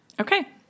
okay